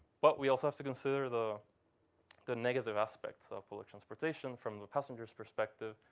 but we also have to consider the the negative aspects of public transportation from the passenger's perspective.